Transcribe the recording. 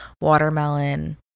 watermelon